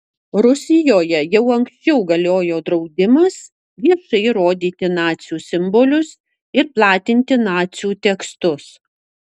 rusijoje jau anksčiau galiojo draudimas viešai rodyti nacių simbolius ir platinti nacių tekstus